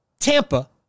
Tampa